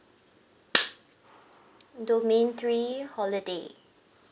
domain three holiday